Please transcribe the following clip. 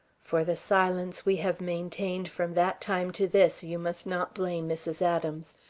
for the silence we have maintained from that time to this you must not blame mrs. adams.